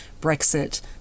Brexit